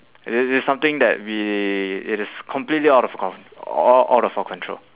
the~ there's nothing that we it is completely out of con~ o~ out of our control